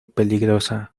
peligrosa